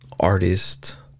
artist